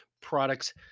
products